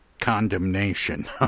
condemnation